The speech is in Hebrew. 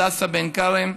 הדסה בעין כרם,